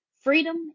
Freedom